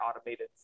automated